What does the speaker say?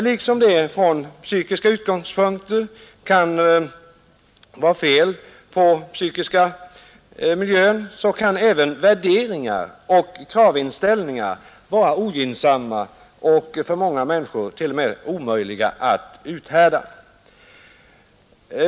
Liksom det från psykiska utgångspunkter kan vara fel på den psykiska miljön så kan värderingar och kravinställningar vara ogynnsamma och för många människor till och med omöjliga att uthärda.